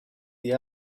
the